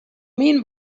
mean